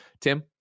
Tim